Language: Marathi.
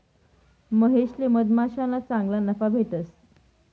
महेशले मधमाश्याना चांगला नफा भेटना